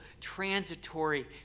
transitory